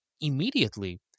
Immediately